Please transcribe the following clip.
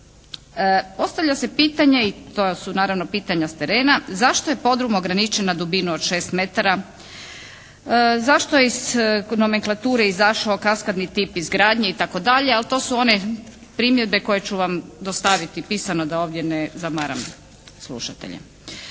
Postavlja se pitanje i to su naravno pitanja s terena, zašto je podrum ograničen na dubinu od 6 metara? Zašto je iz nomenklature izašao kaskadni tip izgradnje itd.? Ali to su one primjedbe koje ću vam dostaviti pisano, da ovdje ne zamaram slušatelje.